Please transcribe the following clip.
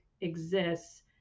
exists